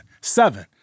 Seven